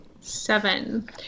Seven